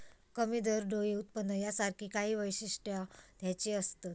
कमी दरडोई उत्पन्न यासारखी काही वैशिष्ट्यो ह्याची असत